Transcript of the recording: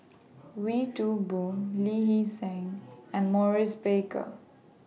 Wee Toon Boon Lee Hee Seng and Maurice Baker